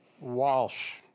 Walsh